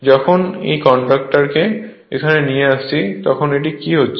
যখনই এই কন্ডাক্টরকে এখানে নিয়ে আসছি তখন কী হচ্ছে